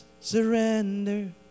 surrender